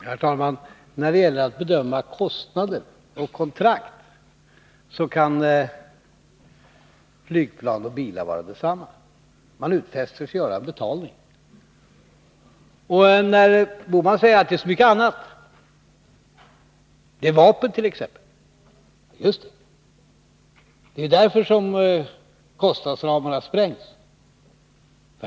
Herr talman! När det gäller att bedöma kostnader och kontrakt kan flygplan och bilar komma på ett ut — man utfäster sig att göra en betalning. Gösta Bohman säger att det är så mycket annat som ingår i flygplansprojektet, vapent.ex. Ja, just det! Det är därför som kostnadsramarna sprängs.